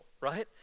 right